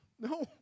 no